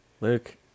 Luke